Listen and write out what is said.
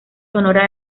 sonora